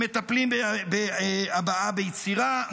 למטפלים בהבעה ביצירה,